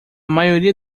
maioria